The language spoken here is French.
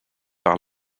par